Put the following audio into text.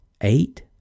eight